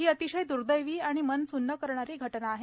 ही अतिशय द्र्दैवी आणि मन सुन्न करणारी घटना आहे